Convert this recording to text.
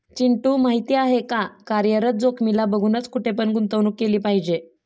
चिंटू माहिती आहे का? कार्यरत जोखीमीला बघूनच, कुठे पण गुंतवणूक केली पाहिजे